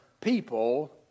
people